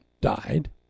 died